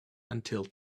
until